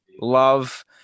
love